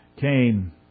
came